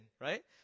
right